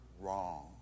wrong